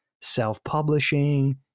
self-publishing